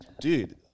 dude